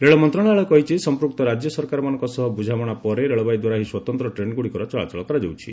ରେଳ ମନ୍ତ୍ରଣାଳୟ କହିଛି ସମ୍ପୁକ୍ତ ରାଜ୍ୟ ସରକାରମାନଙ୍କ ସହ ବୁଝାମଣା ପରେ ରେଳବାଇ ଦ୍ୱାରା ଏହି ସ୍ୱତନ୍ତ୍ର ଟ୍ରେନ୍ଗୁଡ଼ିକର ଚଳାଚଳ କରାଯାଉଛି